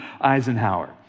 Eisenhower